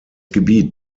gebiet